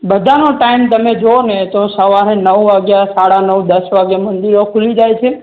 બધાનો ટાઈમ તમે જોવોને તો સવારે નવ વાગ્યા સાડા નવ દસ વાગ્યે મંદિરો ખુલી જાય છે